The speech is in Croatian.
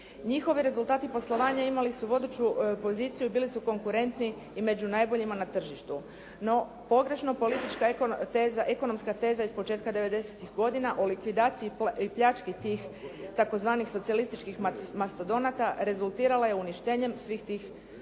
Njihovi rezultati poslovanja imali su vodeću poziciju i bili su konkurentni i među najboljima na tržištu. No pogrešno političko ekonomska teza iz početka 90-tih godina o likvidaciji i pljački tih tzv. socijalističkih mastodonata, rezultirala je uništenjem svih tih